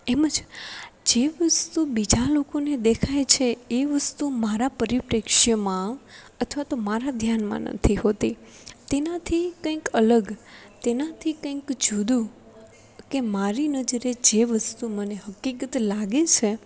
એમજ જે વસ્તુ બીજા લોકોને દેખાય છે એ વસ્તુ મારા પરિપ્રેક્ષ્યમાં અથવા તો મારા ધ્યાનમાં નથી હોતી તેનાથી કંઈક અલગ તેનાથી કંઈક જુદુ કે મારી નજરે જે વસ્તુ મને હકીકત લાગે છે